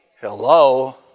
Hello